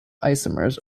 isomers